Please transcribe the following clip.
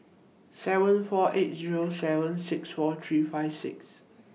seven four eight Zero seven six four three five six